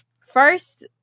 first